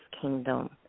kingdom